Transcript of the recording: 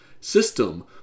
system